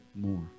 more